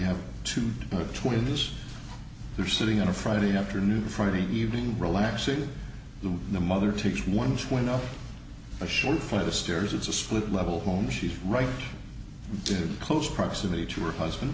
have two twin this they're sitting on a friday afternoon friday evening relaxing the the mother takes one schwinn up a short flight of stairs it's a split level home she's right to close proximity to her husband